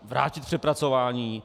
Vrátit k přepracování!